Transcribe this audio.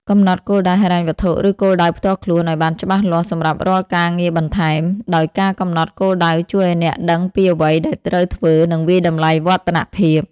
កំណត់គោលដៅហិរញ្ញវត្ថុ ឬគោលដៅផ្ទាល់ខ្លួនឱ្យបានច្បាស់លាស់សម្រាប់រាល់ការងារបន្ថែម ដោយការកំណត់គោលដៅជួយឱ្យអ្នកដឹងពីអ្វីដែលត្រូវធ្វើ និងវាយតម្លៃវឌ្ឍនភាព។។